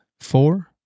four